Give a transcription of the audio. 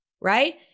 right